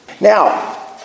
Now